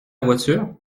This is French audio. voiture